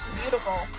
beautiful